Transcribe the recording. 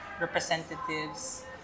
representatives